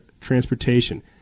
transportation